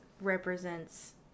represents